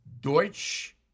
Deutsch